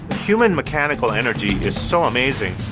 human mechanical energy is so amazing.